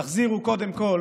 תחזירו קודם כול